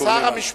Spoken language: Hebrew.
שר המשפטים.